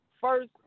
First